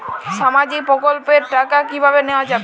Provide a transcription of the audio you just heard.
সামাজিক প্রকল্পের টাকা কিভাবে নেওয়া যাবে?